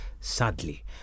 sadly